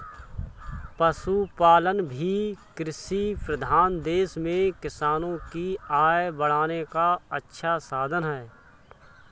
पशुपालन भी कृषिप्रधान देश में किसानों की आय बढ़ाने का अच्छा साधन है